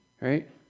Right